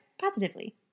Positively